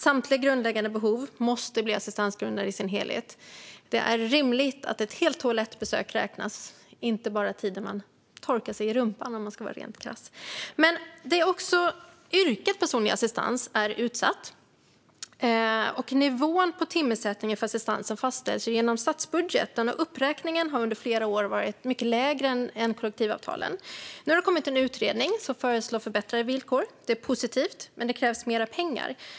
Samtliga grundläggande behov måste bli assistansgrundande i sin helhet. Det är rimligt att ett helt toalettbesök räknas, inte bara tiden man torkar sig i rumpan. Men också yrket personlig assistent är utsatt. Nivån på timersättningen för assistansen fastställs genom statsbudgeten, och uppräkningen har under flera år varit mycket lägre än kollektivavtalen. Nu har det kommit en utredning som föreslår förbättrade villkor. Det är positivt, men det krävs mer pengar.